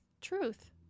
truth